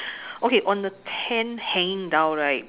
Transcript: okay on the tent hanging down right